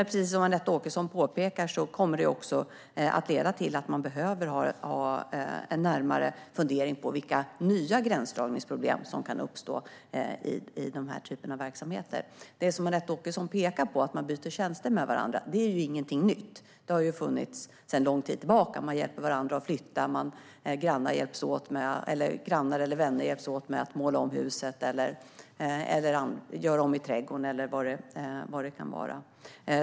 Precis som Anette Åkesson påpekar kommer det också att leda till att man behöver ha en närmare fundering på vilka nya gränsdragningsproblem som kan uppstå i denna typ av verksamheter. Att man byter tjänster med varandra är ju ingenting nytt. Det har ju funnits sedan lång tid tillbaka. Man hjälper varandra att flytta, Grannar eller vänner hjälps åt med att måla om huset, göra om i trädgården eller vad det nu kan vara.